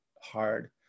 hard